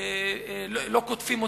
לא קוטפים אותה,